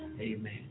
Amen